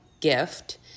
gift